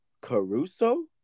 Caruso